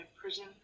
prison